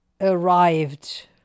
arrived